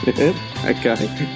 Okay